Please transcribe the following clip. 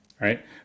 right